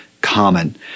common